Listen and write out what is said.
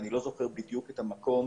אני לא זוכר בדיוק את המקום,